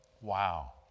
wow